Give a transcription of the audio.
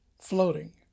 Floating